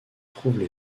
trouvent